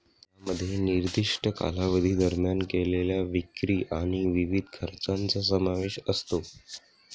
यामध्ये निर्दिष्ट कालावधी दरम्यान केलेल्या विक्री आणि विविध खर्चांचा समावेश असतो